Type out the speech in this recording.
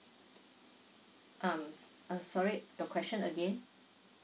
um so~ uh sorry your question again